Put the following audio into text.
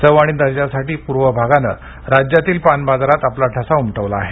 चव आणि दर्जासाठी पूर्व भागाने राज्यतील पानबाजारांत आपला ठसा उमटवला आहे